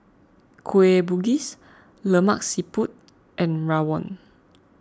Kueh Bugis Lemak Siput and Rawon